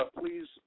please